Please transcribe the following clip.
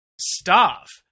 staff